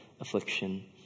affliction